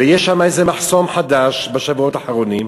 ויש שם איזה מחסום חדש, בשבועות האחרונים,